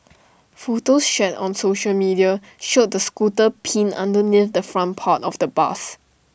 photos shared on social media showed the scooter pinned underneath the front part of the bus